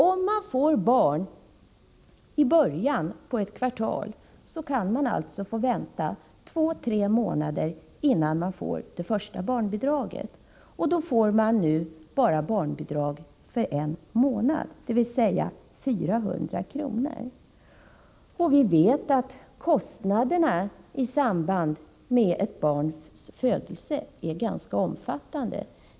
Om man får barn i början av ett kvartal kan man alltså få vänta två tre månader innan man får det första barnbidraget, och då får man bara bidrag för en månad, dvs. 400 kr. Vi vet att kostnaderna i samband med barns födelse är ganska omfattande.